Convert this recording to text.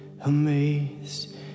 amazed